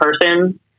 person